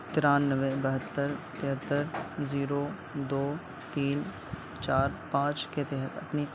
ترانوے بہتر تہتر زیرو دو تین چار پانچ کے تحت اپنی